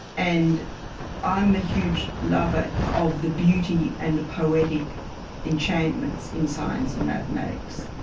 and i'm a huge lover of the beauty and the poetic enchantments in science and mathematics.